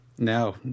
No